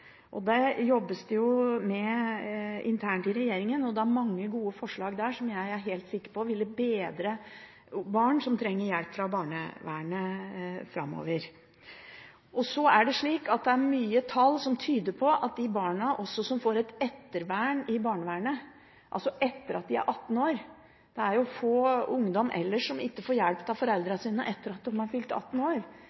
unge. Det jobbes det med internt i regjeringa, og det er mange gode forslag der som jeg er helt sikker på ville bedret situasjonen for barn som trenger hjelp fra barnevernet framover. Så er det mange tall som tyder på at de barna som får et ettervern i barnevernet etter at de er fylt 18 år – det er jo få ungdommer ellers som ikke får hjelp av